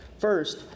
First